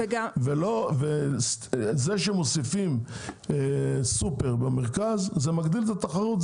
זה שמוסיפים סופר במרכז זה מגדיל את התחרות,